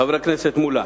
חבר הכנסת מולה,